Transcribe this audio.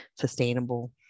sustainable